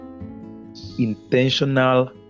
intentional